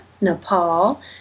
Nepal